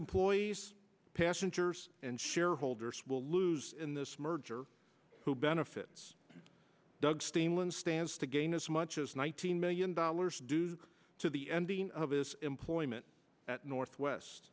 employees passengers and shareholders will lose in this merger who benefits doug steenland stands to gain as much as one thousand million dollars due to the ending of his employment at northwest